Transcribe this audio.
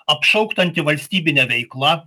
apšaukt antivalstybine veikla